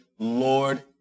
Lord